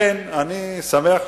גם גייא.